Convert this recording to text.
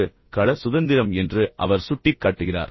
முதல் ஒன்று கள சுதந்திரம் என்று அவர் சுட்டிக்காட்டுகிறார்